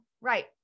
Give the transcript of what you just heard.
right